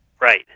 Right